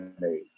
made